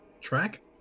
track